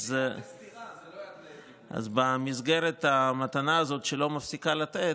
אז במסגרת המתנה הזאת שלא מפסיקה לתת,